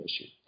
issue